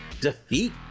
defeat